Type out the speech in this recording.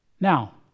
Now